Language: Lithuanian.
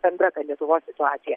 bendra lietuvos situacija